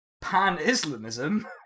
pan-Islamism